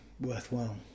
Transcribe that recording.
worthwhile